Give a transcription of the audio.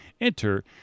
enter